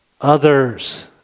others